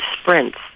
sprints